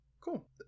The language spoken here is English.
Cool